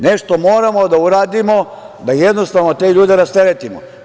Nešto moramo da uradimo da jednostavno te ljude rasteretimo.